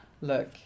Look